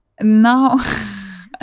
Now